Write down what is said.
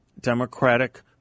democratic